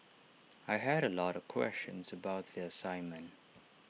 I had A lot of questions about the assignment